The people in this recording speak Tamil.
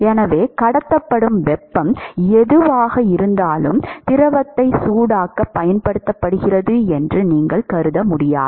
எனவே கடத்தப்படும் வெப்பம் எதுவாக இருந்தாலும் திரவத்தை சூடாக்கப் பயன்படுத்தப்படுகிறது என்று நீங்கள் கருத முடியாது